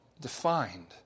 defined